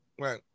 Right